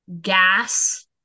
gas